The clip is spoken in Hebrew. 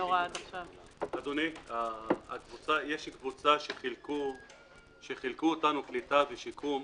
אדוני, כאשר חילקו אותנו לקליטה ושיקום,